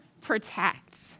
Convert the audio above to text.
protect